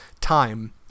time